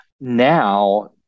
now